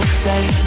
say